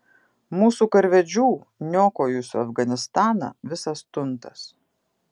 mūsų karvedžių niokojusių afganistaną visas tuntas